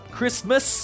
Christmas